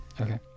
okay